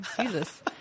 Jesus